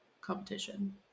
competition